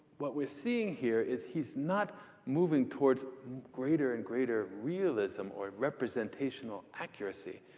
but we're seeing here is he's not moving towards greater and greater realism or representational accuracy.